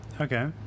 Okay